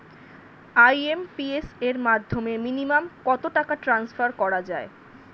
IMPS এর মাধ্যমে minimum কত টাকা ট্রান্সফার করা যায়?